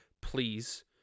please